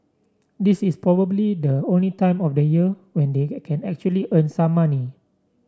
this is probably the only time of the year when they can actually earn some money